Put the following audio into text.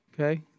Okay